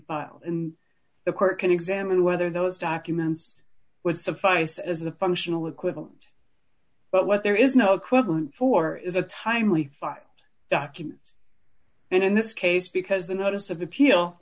filed and the court can examine whether those documents would suffice as a functional equivalent but what there is no equivalent for is a timely five document and in this case because the notice of appeal